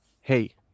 Hey